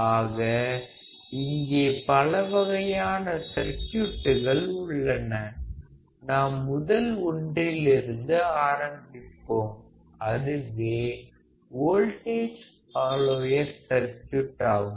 ஆக இங்கே பலவகையான சர்க்யூட்கள் உள்ளன நாம் முதல் ஒன்றிலிருந்து ஆரம்பிப்போம் அதுவே வோல்டேஜ் ஃபாலோயர் சர்க்யூட் ஆகும்